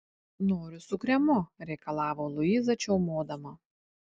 noriu su kremu reikalavo luiza čiaumodama